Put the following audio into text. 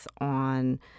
on